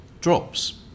drops